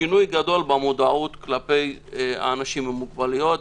שינוי גדול במודעות כלפי האנשים עם מוגבלויות,